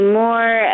more